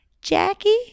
Jackie